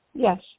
Yes